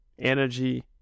energy